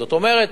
זאת אומרת